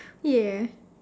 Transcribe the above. ya